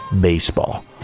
baseball